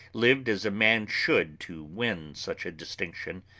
lived as a man should to win such a distinction,